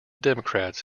democrats